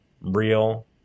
real